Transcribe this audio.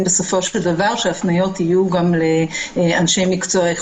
בסופו של דבר שהפניות יהיו לאנשי מקצוע איכותיים.